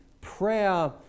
prayer